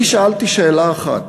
אני שאלתי שאלה אחת,